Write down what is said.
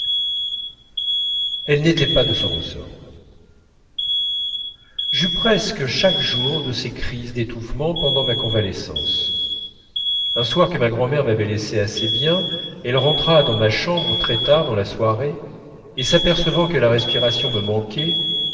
elle n'était pas de son ressort j'eus presque chaque jour de ces crises d'étouffement pendant ma convalescence un soir que ma grand'mère m'avait laissé assez bien elle rentra dans ma chambre très tard dans la soirée et s'apercevant que la respiration me manquait